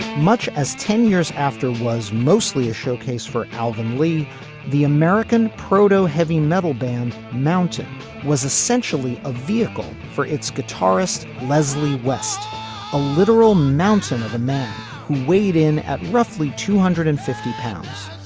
much as ten years after was mostly a showcase for alvin lee the american proto heavy metal band. mountain was essentially a vehicle for its guitarist leslie west a literal mountain of a man who weighed in at roughly two hundred and fifty pounds.